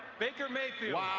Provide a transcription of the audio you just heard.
baker mayfield